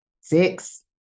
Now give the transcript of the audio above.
six